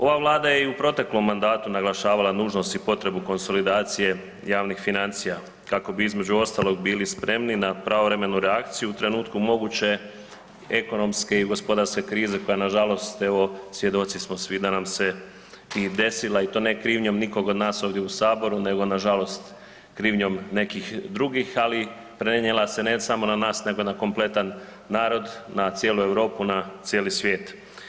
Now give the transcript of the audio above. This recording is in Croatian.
Ova Vlada je i u proteklom mandatu naglašavala nužnost i potrebu konsolidacije javnih financija kako bi između ostalog bili spremni na pravovremenu reakciju u trenutku moguće ekonomske i gospodarske krize koja nažalost evo svjedoci smo svi da nam se i desila i to ne krivnjom nikog od nas ovdje u Saboru nego nažalost krivnjom nekih drugih, ali prenijela se ne samo na nas nego na kompletan narod, na cijelu Europu, na cijeli svijet.